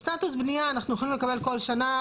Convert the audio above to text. סטטוס בנייה אנחנו יכולים לקבל כל שנה,